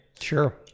Sure